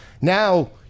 now –